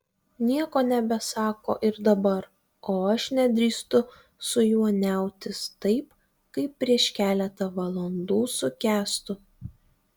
nieko nebesako ir dabar o aš nedrįstu su juo niautis taip kaip prieš keletą valandų su kęstu